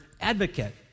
advocate